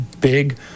big